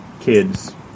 kids